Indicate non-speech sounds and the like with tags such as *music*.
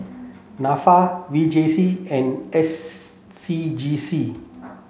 NAFA V J C and S *unintelligible* C G C